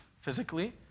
physically